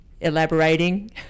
elaborating